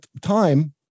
time